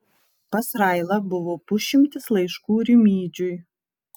pas railą buvo pusšimtis laiškų rimydžiui